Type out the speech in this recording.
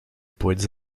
poètes